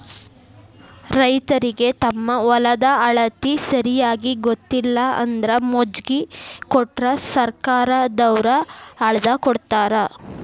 ರೈತರಿಗೆ ತಮ್ಮ ಹೊಲದ ಅಳತಿ ಸರಿಯಾಗಿ ಗೊತ್ತಿಲ್ಲ ಅಂದ್ರ ಮೊಜ್ನಿ ಕೊಟ್ರ ಸರ್ಕಾರದವ್ರ ಅಳ್ದಕೊಡತಾರ